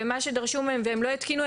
ומה שדרשו מהם והם לא התקינו,